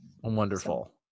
Wonderful